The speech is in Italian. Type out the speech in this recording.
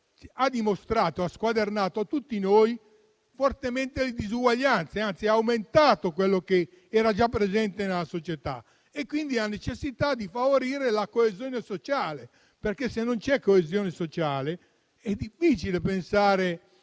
ha dimostrato e squadernato a tutti noi forti disuguaglianze; anzi, ha aumentato quelle già presenti nella società. Da qui si pone dunque la necessità di favorire la coesione sociale perché, se non c'è coesione sociale, è difficile pensare